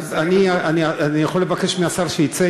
אני יכול לבקש מהשר שיצא,